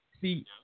See